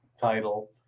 title